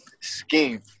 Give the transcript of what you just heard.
Scheme